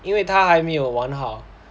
因为他还没有玩好